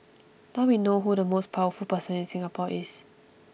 now we know who the most powerful person in Singapore is